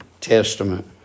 Testament